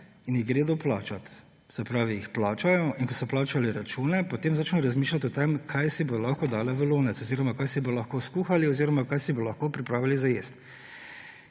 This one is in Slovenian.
in jih gredo plačat. Se pravi, jih plačajo in ko so plačali račune, potem začno razmišljati o tem, kaj si bodo lahko dale v lonec oziroma kaj si bodo lahko skuhali oziroma kaj si bodo lahko pripravili za jest.